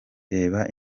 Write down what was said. reba